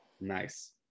Nice